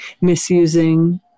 misusing